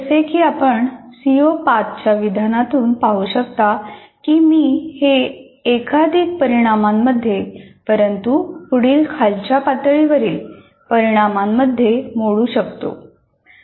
जसे की आपण सीओ 5 च्या विधानातून पाहू शकता की मी हे एकाधिक परिणामामध्ये परंतु पुढील खालच्या पातळीवरील परिणामांमध्ये मोडू शकतो